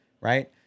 Right